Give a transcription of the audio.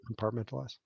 compartmentalize